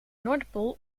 noordpool